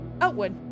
outward